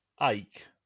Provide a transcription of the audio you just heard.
ache